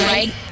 Right